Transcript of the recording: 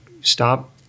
stop